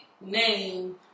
name